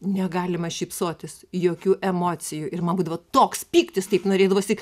negalima šypsotis jokių emocijų ir man būdavo toks pyktis taip norėdavosi